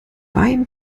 wein